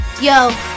yo